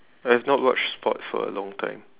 I've not watched sports for a long time